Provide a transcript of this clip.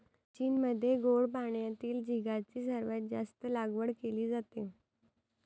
चीनमध्ये गोड पाण्यातील झिगाची सर्वात जास्त लागवड केली जाते